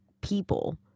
people